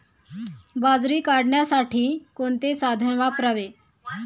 बाजरी काढण्यासाठी कोणते साधन वापरावे?